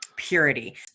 Purity